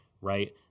right